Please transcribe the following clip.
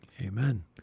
Amen